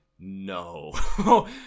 no